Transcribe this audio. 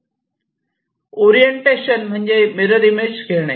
orientation म्हणजे mirror image घेणे